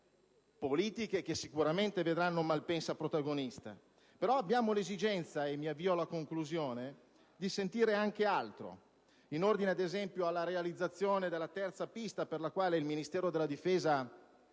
politiche che sicuramente vedranno Malpensa protagonista. Però abbiamo l'esigenza - mi avvio alla conclusione - di sentire anche altro. In ordine ad esempio alla realizzazione della terza pista, per la quale il Ministero della difesa